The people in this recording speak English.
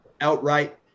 outright